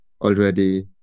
already